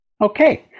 Okay